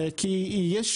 כי יש